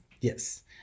yes